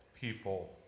people